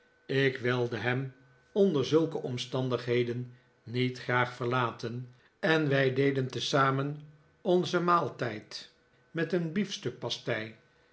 ik wilde hem onder zulke omstandigheden niet graag verlaten en wij deden tezamen onzen maaltijd met een